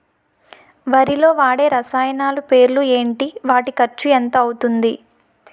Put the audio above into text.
వరిలో వాడే రసాయనాలు పేర్లు ఏంటి? వాటి ఖర్చు ఎంత అవతుంది?